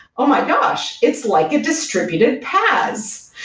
oh my gosh! it's like a distributed paas.